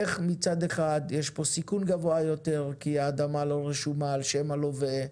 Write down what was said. איך מצד אחד יש פה סיכון גבוה יותר כי האדמה לא רשומה על שם הלווה,